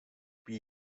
pre